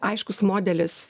aiškus modelis